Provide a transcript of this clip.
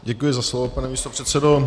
Děkuji za slovo, pane místopředsedo.